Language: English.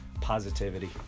Positivity